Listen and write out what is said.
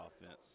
offense